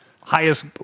highest